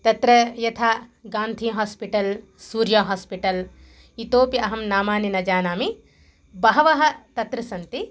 तत्र यथा गान्धिहास्पिटल् सूर्यहास्पिटल् इतोपि अहं नामानि न जानामि बहवः तत्र सन्ति